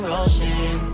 ocean